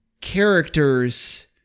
characters